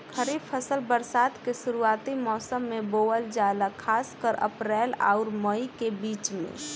खरीफ फसल बरसात के शुरूआती मौसम में बोवल जाला खासकर अप्रैल आउर मई के बीच में